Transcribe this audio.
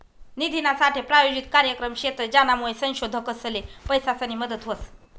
निधीनासाठे प्रायोजित कार्यक्रम शेतस, ज्यानामुये संशोधकसले पैसासनी मदत व्हस